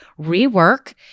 rework